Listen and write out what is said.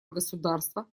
государства